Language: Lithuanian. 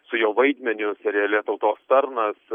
su jo vaidmeniu seriale tautos tarnas